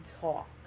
talk